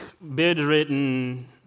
bedridden